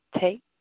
take